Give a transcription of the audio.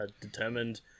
determined